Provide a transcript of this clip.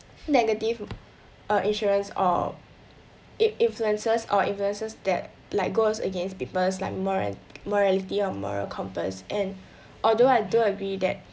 negative or it influences or influences that like goes against peoples like moral~ morality or moral compass and although I do agree that